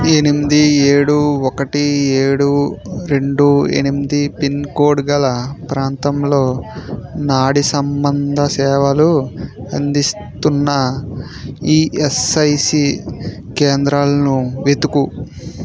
ఎనిమిది ఏడు ఒకటి ఏడు రెండు ఎనిమిది పిన్కోడ్ గల ప్రాంతంలో నాడి సంబంధ సేవలు అందిస్తున్న ఈఎస్ఐసి కేంద్రాలను వెతుకు